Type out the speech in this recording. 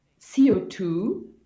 CO2